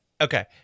okay